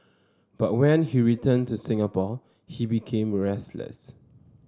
but when he returned to Singapore he became restless